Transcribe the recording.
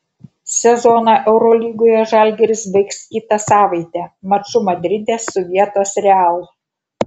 sezoną eurolygoje žalgiris baigs kitą savaitę maču madride su vietos real